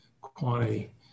quantity